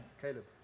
Caleb